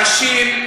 אנשים,